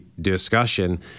discussion